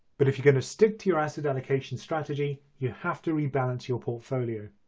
but if you're going to stick to your asset allocation strategy you have to rebalance your portfolio.